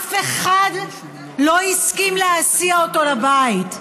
אף אחד לא הסכים להסיע אותו לבית,